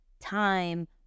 time